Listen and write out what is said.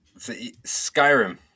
Skyrim